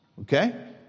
Okay